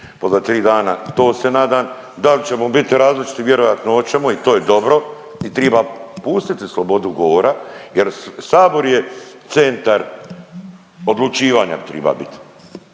za tri dana, to se nadam. Da li ćemo biti različiti, vjerojatno oćemo i to je dobro i triba pustiti slobodu govora jer sabor je centar odlučivanja triba bit.